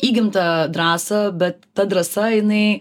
įgimta drąsa bet ta drąsa jinai